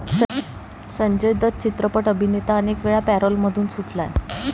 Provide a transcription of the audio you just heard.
संजय दत्त चित्रपट अभिनेता अनेकवेळा पॅरोलमधून सुटला आहे